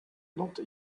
not